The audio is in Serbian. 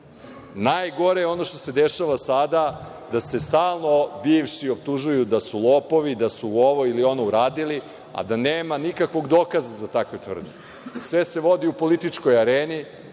Najgore je ono što se dešava sada, da se stalno bivši optužuju da su lopovi, da su ovo ili ono uradili, a da nema nikakvog dokaza za takve tvrdnje. Sve se vodi u političkoj areni,